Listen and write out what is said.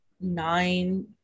nine